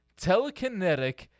telekinetic